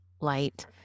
light